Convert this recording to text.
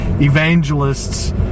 evangelists